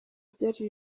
byari